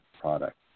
product